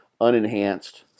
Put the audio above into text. unenhanced